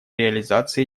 реализации